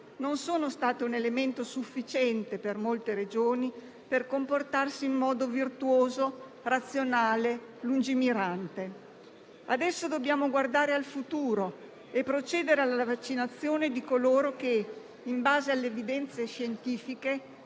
non sono state un elemento sufficiente per molte Regioni per comportarsi in modo virtuoso, razionale, lungimirante. Adesso dobbiamo guardare al futuro e procedere alla vaccinazione di coloro che, in base alle evidenze scientifiche,